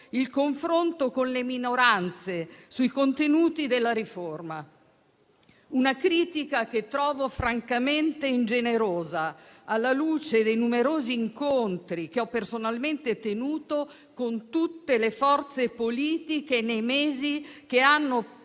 il confronto con le minoranze sui contenuti della riforma; una critica che trovo francamente ingenerosa, alla luce dei numerosi incontri che ho personalmente tenuto con tutte le forze politiche nei mesi che hanno preceduto